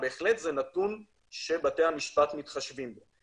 זה בהחלט נתון שבתי המשפט שמתחשבים בו.